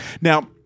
now